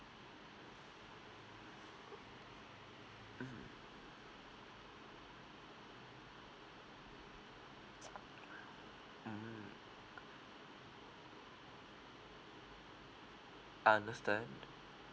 u~ mmhmm mm understand